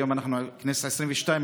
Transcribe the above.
היום אנחנו בכנסת העשרים-ושתיים,